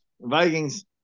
Vikings